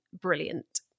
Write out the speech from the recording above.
brilliant